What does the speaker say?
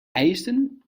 eisden